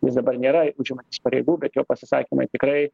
jis dabar nėra užimantis pareigų bet jo pasisakymai tikrai